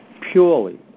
purely